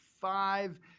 five